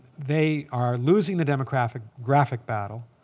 they are losing the demographic demographic battle.